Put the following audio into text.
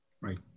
Right